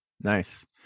Nice